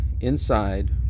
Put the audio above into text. inside